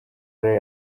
ari